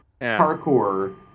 parkour